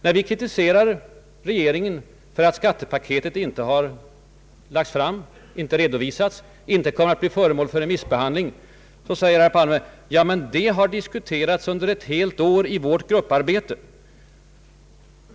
När vi kritiserar regeringen för att skattepaketet inte har lagts fram, inte re dovisats och inte kunnat bli föremål för remissbehandling, då säger herr Palme: ”Men det har diskuterats under ett helt år i vårt grupparbete.